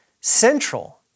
central